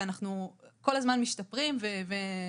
ואנחנו כל הזמן משתפרים ומשכללים.